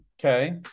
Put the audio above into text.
Okay